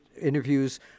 interviews